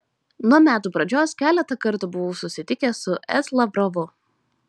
nuo metų pradžios keletą kartų buvau susitikęs su s lavrovu